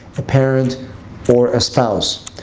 a parent or a spouse.